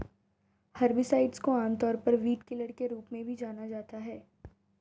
herbicides को आमतौर पर वीडकिलर के रूप में भी जाना जाता है